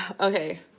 okay